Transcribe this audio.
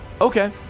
Okay